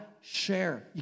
share